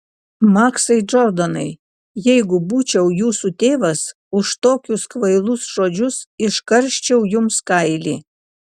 maksai džordanai jeigu būčiau jūsų tėvas už tokius kvailus žodžius iškarščiau jums kailį